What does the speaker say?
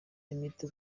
imiti